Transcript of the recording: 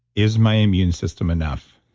is my immune system enough?